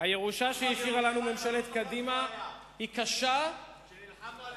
הירושה שהשאירה לנו ממשלת קדימה היא קשה ומאתגרת.